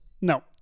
No